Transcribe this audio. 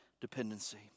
dependency